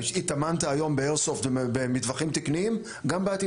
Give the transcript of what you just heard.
התאמנת היום באיירסופט במטווחים תקניים - גם בעתיד.